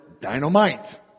dynamite